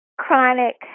chronic